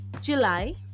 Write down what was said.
July